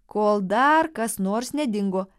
kol dar kas nors nedingo